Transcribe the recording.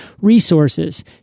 resources